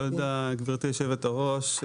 תודה, גברתי היושבת-ראש.